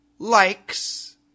likes